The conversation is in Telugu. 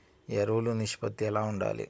ఎరువులు నిష్పత్తి ఎలా ఉండాలి?